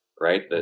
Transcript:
right